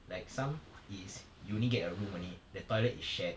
like some is you only get a room only the toilet is shared